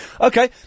Okay